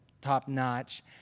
top-notch